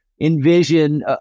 envision